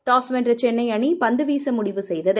toss வென்ற சென்னை அணி பந்து வீச முடிவு செய்தது